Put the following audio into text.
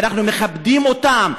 ואנחנו מכבדים אותם,